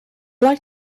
like